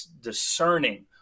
discerning